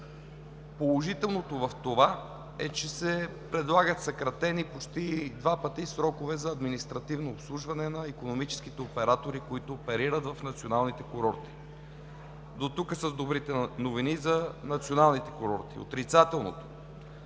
Положителното в това е, че се предлагат почти два пъти съкратени срокове за административно обслужване на икономическите оператори, които оперират в националните курорти. Дотук с добрите новини за националните курорти. Отрицателното